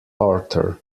arthur